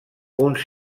uns